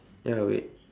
ya wait